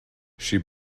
she